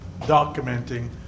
documenting